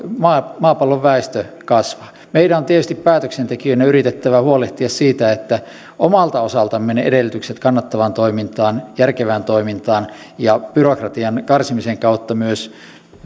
maapallon väestö kasvaa meidän on tietysti päätöksentekijöinä yritettävä huolehtia siitä että omalta osaltamme ne edellytykset kannattavaan toimintaan järkevään toimintaan ja byrokratian karsimisen kautta myös